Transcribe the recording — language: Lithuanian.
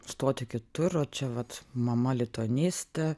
stoti kitur o čia vat mama lituanistė